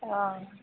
हां